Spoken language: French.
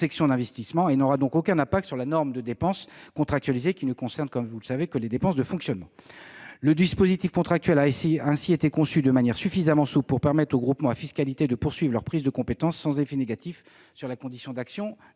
d'investissement. Elle n'aura alors aucun impact sur la norme de dépenses contractualisée, concernant les seules dépenses de fonctionnement. Le dispositif contractuel a ainsi été conçu de manière suffisamment souple pour permettre aux groupements à fiscalité de poursuivre leurs prises de compétences sans effets négatifs sur les conditions d'action des